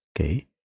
okay